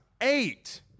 eight